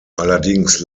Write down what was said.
allerdings